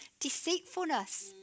deceitfulness